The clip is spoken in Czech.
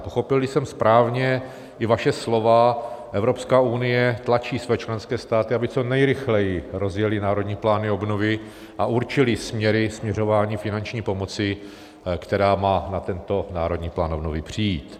Pochopilli jsem správně i vaše slova, Evropská unie tlačí své členské státy, aby co nejrychleji rozjely národní plány obnovy a určily směry směřování finanční pomoci, která má na tento Národní plán obnovy přijít.